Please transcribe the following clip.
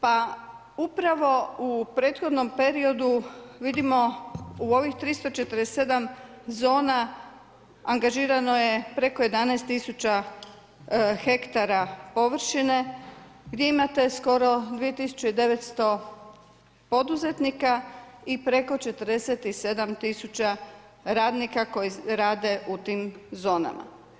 Pa upravo u prethodnom periodu vidimo u ovih 347 zona angažirano je preko 11 tisuća hektara površine gdje imate skoro 2900 poduzetnika i preko 47 tisuća radnika koji rade u tim zonama.